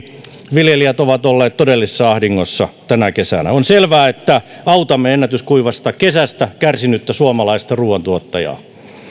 viljelijät ovat olleet todellisessa ahdingossa tänä kesänä on selvää että autamme ennätyskuivasta kesästä kärsinyttä suomalaista ruoantuottajaa